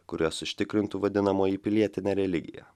kurias užtikrintų vadinamoji pilietinė religija